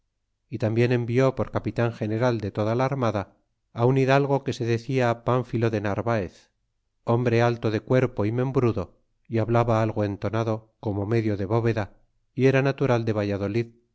y tambien envió por capitan general de toda la armada un hidalgo que se decia panfilo de narvaez hombre alto de cuerpo y membrudo y hablaba algo entonado como medio de bóveda y era natural de valladolid